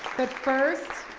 but first